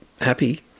happy